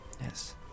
Yes